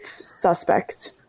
suspects